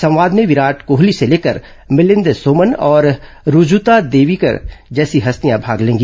संवाद में विराट कोहली से लेकर भिलिंद सोमन और रुजुता दिवेकर जैसी हस्तियां भाग लेंगी